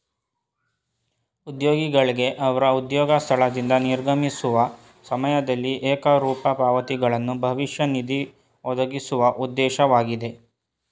ಉದ್ಯೋಗಿಗಳ್ಗೆ ಅವ್ರ ಉದ್ಯೋಗ ಸ್ಥಳದಿಂದ ನಿರ್ಗಮಿಸುವ ಸಮಯದಲ್ಲಿ ಏಕರೂಪ ಪಾವತಿಗಳನ್ನ ಭವಿಷ್ಯ ನಿಧಿ ಒದಗಿಸುವ ಉದ್ದೇಶವಾಗಿದೆ